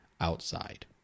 outside